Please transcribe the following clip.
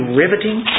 riveting